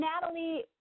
Natalie